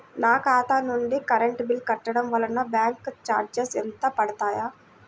నా ఖాతా నుండి కరెంట్ బిల్ కట్టడం వలన బ్యాంకు చార్జెస్ ఎంత పడతాయా?